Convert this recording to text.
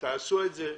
תעשו את זה.